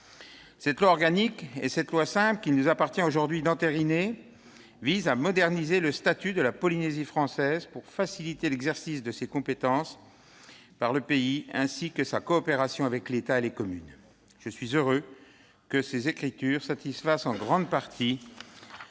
Cette loi organique et cette loi simple, qu'il nous appartient aujourd'hui d'entériner, visent à moderniser le statut de la Polynésie française pour faciliter l'exercice de ses compétences par le pays ainsi que sa coopération avec l'État et les communes. Je suis heureux que ces textes satisfassent dans une large